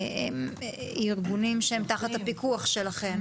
שנמצאים תחת הפיקוח שלכם.